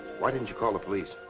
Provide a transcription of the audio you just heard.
why didn't you call the police?